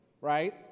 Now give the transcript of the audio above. right